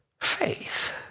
faith